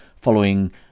following